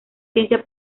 ciencia